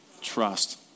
trust